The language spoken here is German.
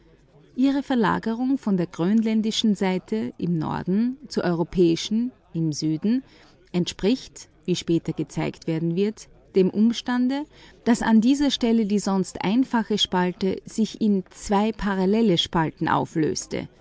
ihre verlegung von der grönländischen seite im norden zur europäischen im süden entspricht wohl wie oben erwähnt dem umstande daß an dieser stelle die sonst einfache spalte sich in zwei parallele spalten auflöste